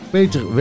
Peter